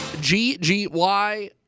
G-G-Y